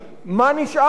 מה נשאר מזה?